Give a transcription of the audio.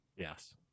yes